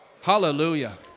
Hallelujah